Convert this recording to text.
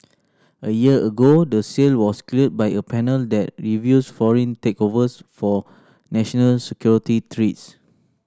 a year ago the sale was cleared by a panel that reviews foreign takeovers for national security threats